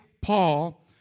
Paul